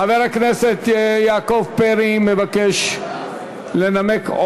חבר הכנסת יעקב פרי מבקש לנמק.